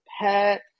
pet